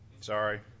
sorry